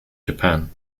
japan